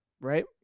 Right